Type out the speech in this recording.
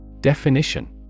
Definition